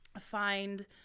find